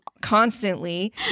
constantly